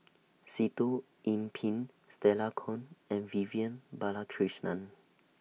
Sitoh Yih Pin Stella Kon and Vivian Balakrishnan